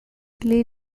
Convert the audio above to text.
their